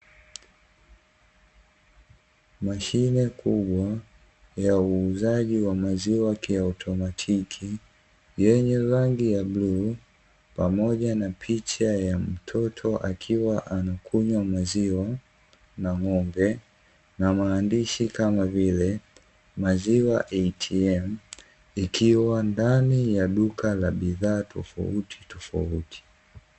Mashine kubwa ya uuzaji wa maziwa kiautomatiki yenye rangi ya bluu, pamoja na picha ya mtoto akiwa anakunywa maziwa, na ng'ombe, na maandishi kama vile "Maziwa ATM", ikiwa ndani ya duka la bidhaa tofautitofauti.